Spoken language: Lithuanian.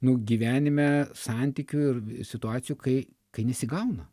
nu gyvenime santykių ir situacijų kai kai nesigauna